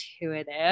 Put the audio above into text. intuitive